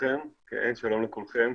שלום לכולכם.